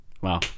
wow